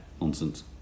nonsense